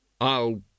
I'll